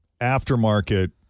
aftermarket